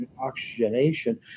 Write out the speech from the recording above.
oxygenation